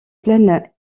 pleine